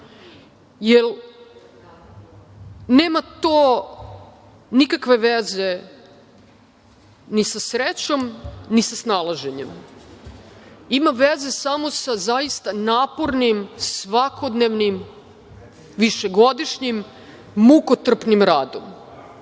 jer nema to nikakve veze ni sa srećom, ni sa snalaženjem. Ima veze samo sa zaista napornim svakodnevnim, višegodišnjim, mukotrpnim radom. Ne